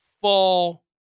fall